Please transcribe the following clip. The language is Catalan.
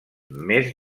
més